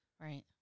Right